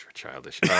childish